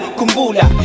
kumbula